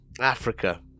Africa